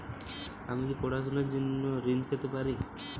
আমি পড়াশুনার জন্য কি ঋন পেতে পারি?